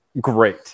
great